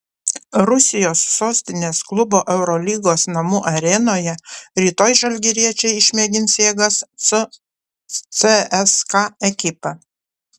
rusijos sostinės klubo eurolygos namų arenoje rytoj žalgiriečiai išmėgins jėgas su cska ekipa